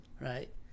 Right